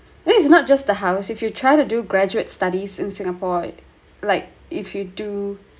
this is not just the house if you try to do graduate studies in singapore like if you do